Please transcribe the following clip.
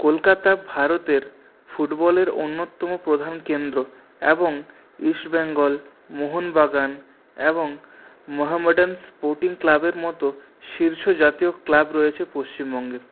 কলকাতা ভারতের ফুটবলের অন্যতম প্রধান কেন্দ্র এবং ইস্টবেঙ্গল মোহনবাগান এবং মহামেডান স্পোর্টিং ক্লাবের মতো শীর্ষ জাতীয় ক্লাব রয়েছে পশ্চিমবঙ্গে